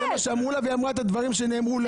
זה מה שאמרו לה והיא אמרה את הדברים שנאמרו לה.